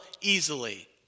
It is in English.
easily